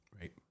Right